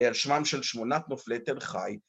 על שמם של שמונת נופלי תל-חי